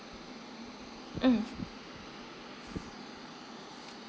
mm